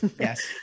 Yes